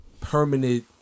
permanent